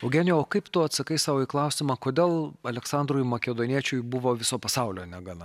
eugenijau kaip tu atsakai sau į klausimą kodėl aleksandrui makedoniečiui buvo viso pasaulio negana